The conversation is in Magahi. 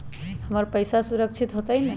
हमर पईसा सुरक्षित होतई न?